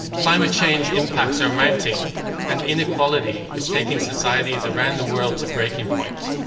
climate change impacts are mounting and inequality is taking societies around the world to breaking point.